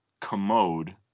commode